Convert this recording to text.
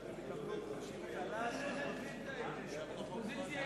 בקשת הממשלה להאריך את תוקפו של חוק